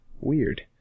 Weird